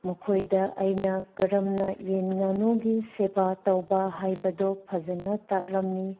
ꯃꯈꯣꯏꯗ ꯑꯩꯅ ꯀꯔꯝꯅ ꯌꯦꯟ ꯉꯥꯅꯨꯒꯤ ꯁꯦꯕꯥ ꯇꯧꯕ ꯍꯥꯏꯕꯗꯨ ꯐꯖꯅ ꯇꯥꯛꯂꯝꯃꯤ